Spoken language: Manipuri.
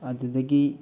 ꯑꯗꯨꯗꯒꯤ